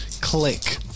Click